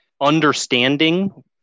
understanding